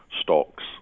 stocks